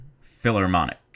Philharmonic